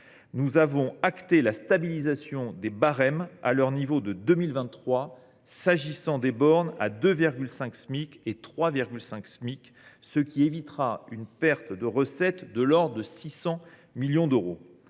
Nous avons acté la stabilisation des barèmes à leur niveau de 2023 s’agissant des bornes à 2,5 Smic et 3,5 Smic, ce qui évitera une perte de recettes de l’ordre de 600 millions d’euros.